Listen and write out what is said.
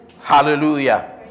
Hallelujah